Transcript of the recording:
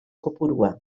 kopurua